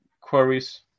queries